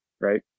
Right